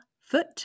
foot